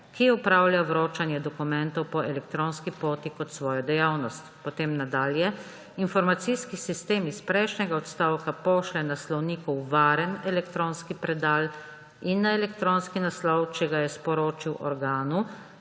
ki opravlja vročanje dokumentov po elektronski poti kot svojo dejavnost.« Potem nadalje: »Informacijski sistem iz prejšnjega odstavka pošlje naslovniku v varen elektorski predal in na elektronski naslov, če ga je sporočil organu,